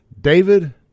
David